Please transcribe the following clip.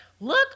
look